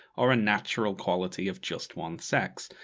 are a natural quality of just one sex.